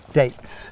dates